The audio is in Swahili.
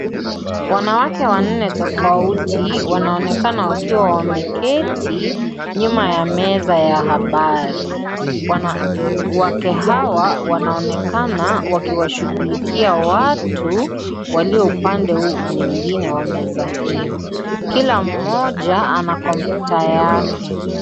Wanawake wanne tofauti wanaonekana wakiwa wameketi nyuma ya meza ya habari. Wanawake hawa wanaonekana wakiwashughulikia watu walio upande mwingine wa meza hiyo kila mmoja ana kompyuta yake.